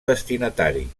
destinatari